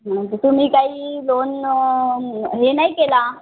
तुम्ही काही लोन हे नाही केलं